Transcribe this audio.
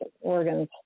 organs